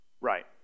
Right